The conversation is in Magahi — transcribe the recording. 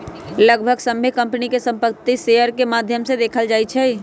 लगभग सभ्भे कम्पनी के संपत्ति शेयर के माद्धम से देखल जाई छई